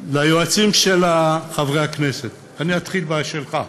ליועצים של חברי הכנסת, ואתחיל בשלך.